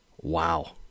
Wow